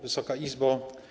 Wysoka Izbo!